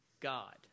God